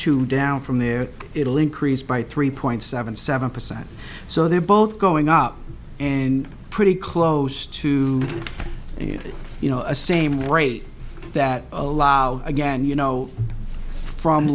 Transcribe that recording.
to down from there it will increase by three point seven seven percent so they're both going up and pretty close to you know a same rate that allowed again you know from